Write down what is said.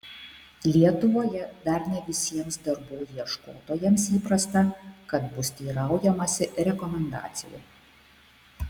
lietuvoje dar ne visiems darbų ieškotojams įprasta kad bus teiraujamasi rekomendacijų